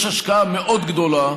יש השקעה מאוד גדולה